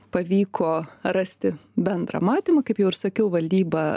pavyko rasti bendrą matymą kaip jau ir sakiau valdyba